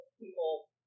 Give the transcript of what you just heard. people